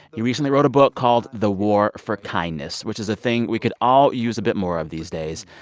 he recently wrote a book called the war for kindness, which is a thing we could all use a bit more of these days.